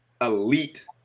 elite